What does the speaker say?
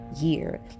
year